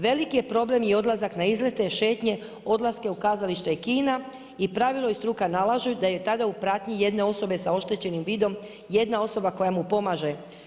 Veliki je problem i odlazak na izlete, šetnje, odlaske u kazalište i kina i pravilo i struka nalažu da je tada u pratnji jedne osobe sa oštećenim vidom, jedna osoba koja mu pomaže.